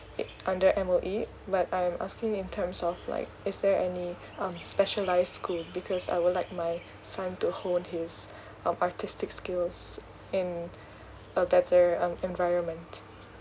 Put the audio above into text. okay under M_O_E but I'm asking in terms of like is there any um specialised school because I would like my son to hone his um artistic skills in a better um environment